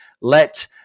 let